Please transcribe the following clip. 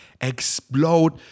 explode